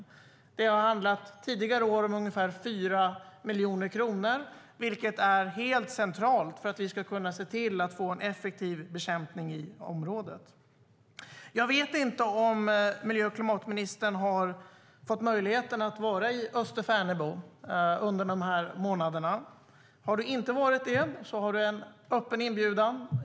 Tidigare år har det handlat om ungefär 4 miljoner kronor, vilket är helt centralt för att vi ska kunna se till att få en effektiv bekämpning i området. Jag vet inte om miljö och klimatministern haft möjlighet att vara i Österfärnebo under de här månaderna. Om inte har du en öppen inbjudan, Åsa Romson.